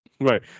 Right